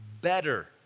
better